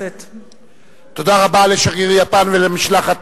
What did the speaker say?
תודה רבה לשגריר יפן ולמשלחת